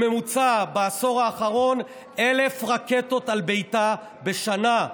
בממוצע בעשור האחרון, 1,000 רקטות על ביתה בשנה,